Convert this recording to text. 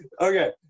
Okay